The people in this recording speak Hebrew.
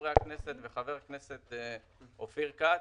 חברי הכנסת וחבר הכנסת אופיר כץ,